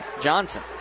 Johnson